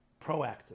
proactive